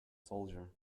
soldier